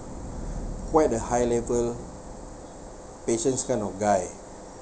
quite a high level patient kind of guy